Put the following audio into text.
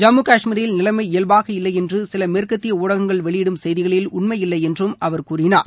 ஜம்மு கஷ்மீரில் நிலைமை இயல்பாக இல்லை என்று சில மேற்கத்திய ஊடகங்கள் வெளியிடும் செய்திகளில் உண்மையில்லை என்றும் அவர் கூறினார்